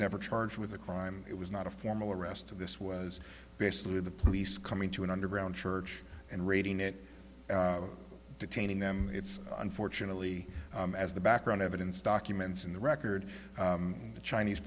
never charged with a crime it was not a formal arrest this was basically the police coming to an underground church and raiding it detaining them it's unfortunately as the background evidence documents in the record the chinese